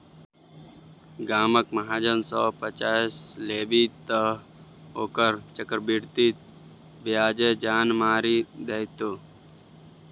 गामक महाजन सँ पैंच लेभी तँ ओकर चक्रवृद्धि ब्याजे जान मारि देतौ